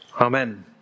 Amen